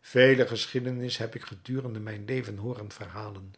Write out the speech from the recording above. vele geschiedenissen heb ik gedurende mijn leven hooren verhalen